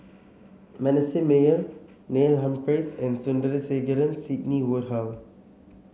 Manasseh Meyer Neil Humphreys and Sandrasegaran Sidney Woodhull